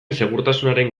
segurtasunaren